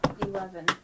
Eleven